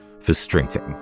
Frustrating